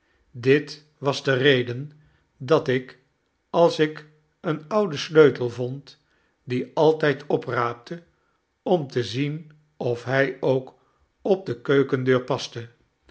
dit was de reden dat ik als ik een ouden sleutel vond dien altijd opraapte om te zien of hij ook op de keukendeur paste